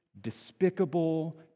despicable